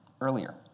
earlier